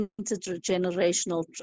intergenerational